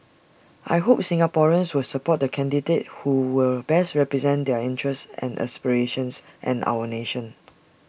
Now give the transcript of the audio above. I hope Singaporeans will support the candidate who will best represent their interests and aspirations and our nation